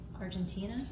Argentina